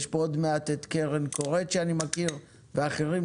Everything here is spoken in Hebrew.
יש פה עוד מעט את קרן קורת שאני מכיר, ואחרים.